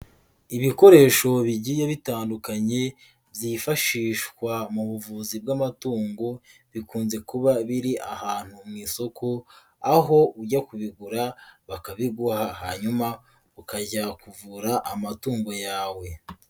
Ibikoresho bigiye bitandukanye byifashishwa mu buvuzi bw'amatungo bikunze kuba biri ahantu mu isoko, aho ujya kubigura bakabiguha, hanyuma ukajya kuvura amatungo yawe.